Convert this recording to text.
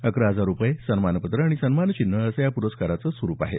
अकरा हजार रुपये सन्मानपत्र आणि सन्मानचिन्ह असं या प्रस्काराचं स्वरूप आहे